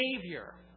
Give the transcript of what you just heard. behavior